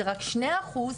זה רק שני אחוז,